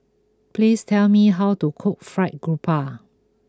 please tell me how to cook Fried Garoupa